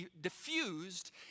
diffused